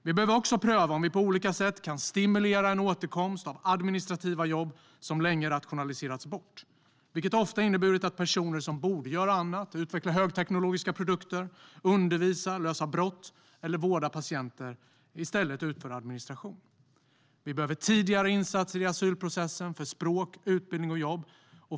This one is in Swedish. Vi behöver också pröva om vi på olika sätt kan stimulera en återkomst av administrativa jobb, som länge rationaliserats bort. Det har ofta inneburit att personer som borde göra annat, till exempel utveckla högteknologiska produkter, undervisa, lösa brott eller vårda patienter, i stället utför administration. För det fjärde behöver vi tidigare insatser i asylprocessen för språk, utbildning och jobb.